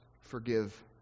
forgive